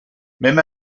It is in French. même